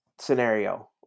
scenario